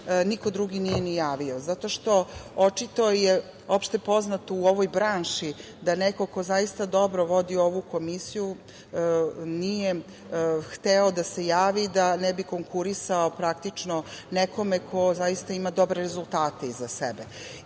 niko drugo nije ni javio. Zato što je očito opšte poznato u ovoj branši da neko ko zaista dobro vodo ovu Komisiju nije hteo da se javi, da ne bi konkurisao nekome ko zaista ima dobre rezultate iza sebe. Na